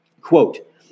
quote